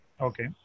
Okay